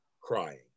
Crying